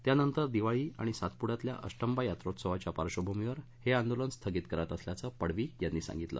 त्यानंतर दिवाळी आणि सातपुड्यातल्या अष्टबा यात्रोत्सवाच्या पार्श्वभूमीवर हे आंदोलन स्थगित करत असल्याचं पडावी यांनी सांगितलं